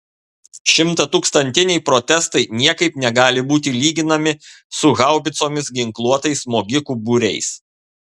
šimtatūkstantiniai protestai niekaip negali būti lyginami su haubicomis ginkluotais smogikų būriais